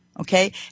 Okay